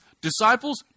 Disciples